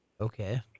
Okay